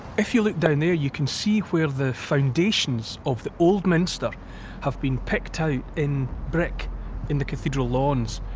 if you look down there, you can see where the foundations of the old minster have been picked out in brick in the cathedral lawns,